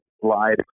slide